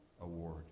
Award